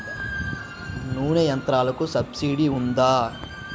నూనె యంత్రాలకు సబ్సిడీ ఉందా?